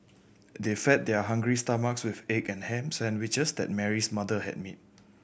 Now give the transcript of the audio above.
they fed their hungry stomachs with the egg and ham sandwiches that Mary's mother had made